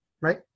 right